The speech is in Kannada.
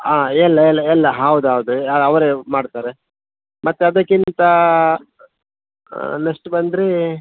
ಹಾಂ ಎಲ್ಲ ಎಲ್ಲ ಎಲ್ಲ ಹೌದು ಹೌದು ಅವರೇ ಮಾಡ್ತಾರೆ ಮತ್ತು ಅದಕ್ಕಿಂತ ನೆಕ್ಸ್ಟ್ ಬಂದರೆ